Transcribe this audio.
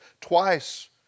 twice